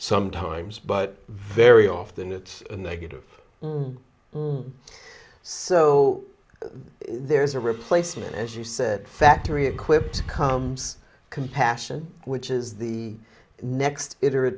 sometimes but very often it's a negative so there's a replacement as you said factory equipped comes compassion which is the next it